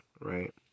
right